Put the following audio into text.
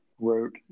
wrote